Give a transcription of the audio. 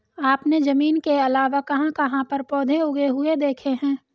आपने जमीन के अलावा कहाँ कहाँ पर पौधे उगे हुए देखे हैं?